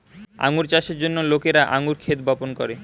আঙ্গুর চাষের জন্য লোকেরা আঙ্গুর ক্ষেত বপন করে